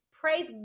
praise